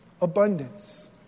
abundance